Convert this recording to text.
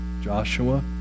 Joshua